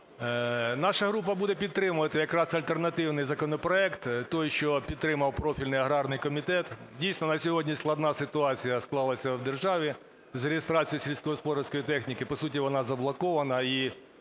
Наша група буде підтримувати якраз альтернативний законопроект, той, що підтримав профільний аграрний комітет. Дійсно, на сьогодні складна ситуація склалася в державі з реєстрацією сільськогосподарської техніки, по суті, вона заблокована.